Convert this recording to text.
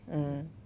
mm